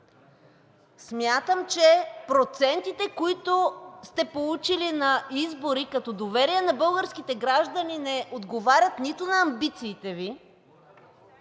Смятам, че процентите, които сте получили на избори, като доверие на българските граждани, не отговарят нито на амбициите Ви,